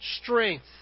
strength